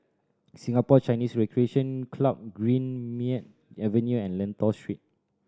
Singapore Chinese Recreation Club Greenmead Avenue and Lentor Street